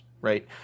right